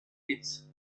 pits